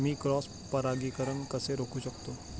मी cross परागीकरण कसे रोखू शकतो?